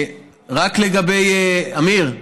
אמיר,